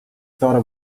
thought